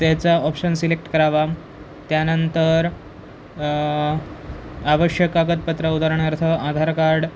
त्याचा option select करावा त्यानंतर आवश्यक कागदपत्र उदाहरणार्थ आधार कार्ड